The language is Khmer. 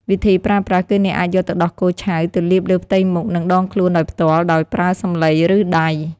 វិធីប្រើប្រាស់ គឺអ្នកអាចយកទឹកដោះគោឆៅទៅលាបលើផ្ទៃមុខ និងដងខ្លួនដោយផ្ទាល់ ដោយប្រើសំឡី ឬដៃ។